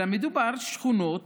אלא מדובר על שכונות